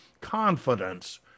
confidence